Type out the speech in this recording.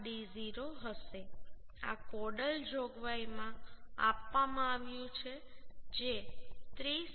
7d0 હશે આ કોડલ જોગવાઈમાં આપવામાં આવ્યું છે જે 30